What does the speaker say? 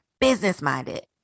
business-minded